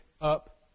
up